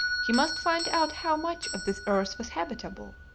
he must find out how much of this earth was habitable.